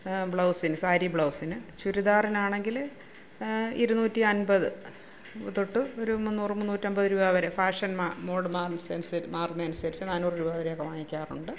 ബ്ലൗസിന് സാരി ബ്ലൗസിന് ചുരിദാറിനാണെങ്കിൽ ഇരുന്നൂറ്റി അൻപത് തൊട്ട് ഒരു മുന്നൂറ് മുന്നൂറ്റമ്പത് രൂപ വരെ ഫാഷൻ മോഡ് മാറുന്നത് അനുസരിച്ച് നാന്നൂറ് രൂപ വരെയൊക്കെ വാങ്ങിക്കാറുണ്ട്